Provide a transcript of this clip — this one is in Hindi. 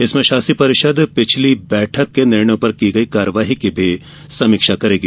इसमें शासी परिषद पिछली बैठक के निर्णयों पर की गई कार्रवाई की भी समीक्षा करेगी